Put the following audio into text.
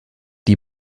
die